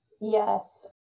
Yes